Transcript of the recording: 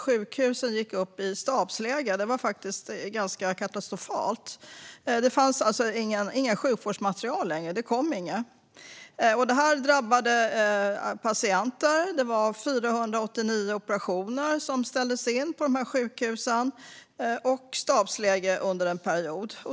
Sjukhusen gick upp i stabsläge, och det var ganska katastrofalt. Det fanns alltså inte längre något sjukvårdsmaterial - det kom inget! Det drabbade patienter, och 489 operationer ställdes in på de här sjukhusen. Stabsläge rådde alltså under en period.